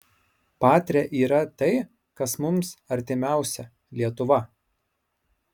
patria yra tai kas mums artimiausia lietuva